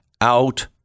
out